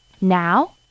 Now